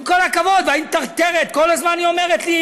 עם כל הכבוד, וההיא מטרטרת, כל הזמן אומרת לי: